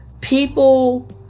People